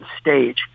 stage